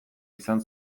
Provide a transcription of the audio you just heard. izan